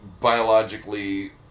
Biologically